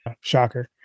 shocker